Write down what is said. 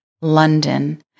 London